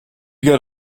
got